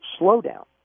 slowdown